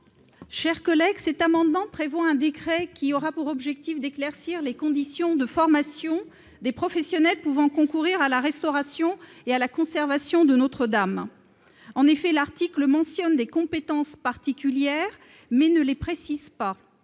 Cidrac. Cet amendement prévoit un décret, dont le but sera d'éclaircir les conditions de formation des professionnels pouvant concourir à la restauration et à la conservation de Notre-Dame. L'article 2 mentionne bien des compétences particulières, mais il ne les précise pas.